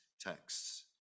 texts